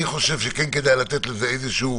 אני חושב שכן כדאי לתת לזה איזושהי